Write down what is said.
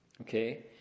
Okay